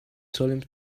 solemn